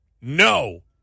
No